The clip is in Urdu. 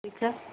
ٹھیک ہے